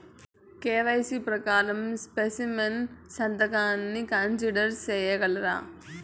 KYC ప్రకారం specimen సంతకాన్ని consider సేయగలరా?